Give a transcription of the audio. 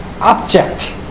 object